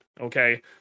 okay